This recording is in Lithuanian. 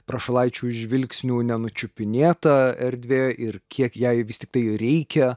prašalaičių žvilgsnių nenučiupinėta erdvė ir kiek jai vis tiktai reikia